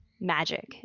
magic